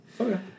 Okay